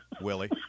Willie